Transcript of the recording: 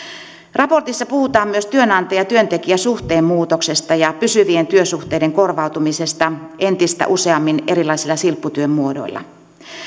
raportissa puhutaan myös työnantaja työntekijä suhteen muutoksesta ja pysyvien työsuhteiden korvautumisesta entistä useammin erilaisilla silpputyön muodoilla